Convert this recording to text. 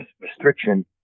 restriction